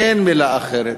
אין מילה אחרת,